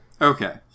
Okay